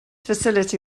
facility